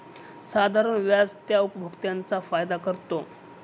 साधारण व्याज त्या उपभोक्त्यांचा फायदा करतो